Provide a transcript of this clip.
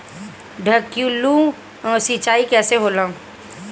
ढकेलु सिंचाई कैसे होला?